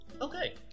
Okay